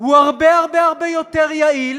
הוא הרבה הרבה הרבה יותר יעיל